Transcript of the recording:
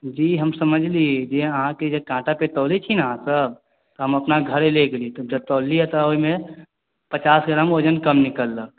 जी हम समझलियै जे अहाँ के जे काँटा पर तौलै छी ने अहाँ सब हम अपना घरे ले गेलियै जब तौललियै ओहिमे पचास ग्राम कम निकल लऽ